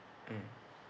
mm